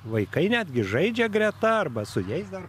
vaikai netgi žaidžia greta arba su jais dar